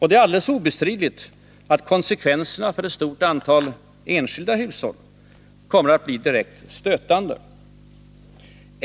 Det är alldeles obestridligt att konsekvenserna för ett stort antal enskilda hushåll kommer att bli direkt stötande.